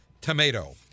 tomato